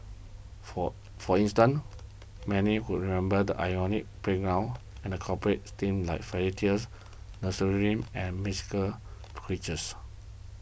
for for instance many would remember the iconic playgrounds and incorporated themes like fairy tales nursery rhymes and mythical creatures